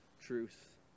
truth